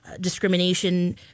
discrimination